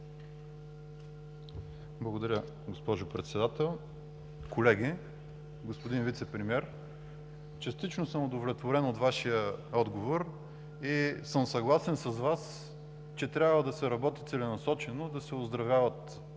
Благодаря, госпожо Председател. Колеги! Господин Вицепремиер, частично съм удовлетворен от Вашия отговор и съм съгласен с Вас, че трябва да се работи целенасочено, да се оздравяват